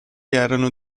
erano